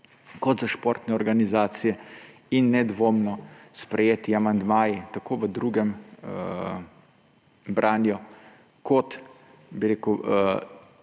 za športne organizacije. In nedvomno sprejeti amandmaji tako v drugem branju kot amandma,